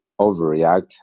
overreact